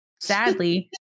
Sadly